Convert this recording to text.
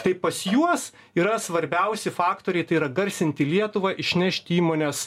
tai pas juos yra svarbiausi faktoriai tai yra garsinti lietuvą išnešti įmonės